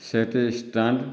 ସେଇଠି ଷ୍ଟାଣ୍ଡ